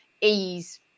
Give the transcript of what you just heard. ease